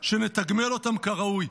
שנתגמל אותם כראוי.